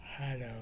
Hello